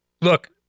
Look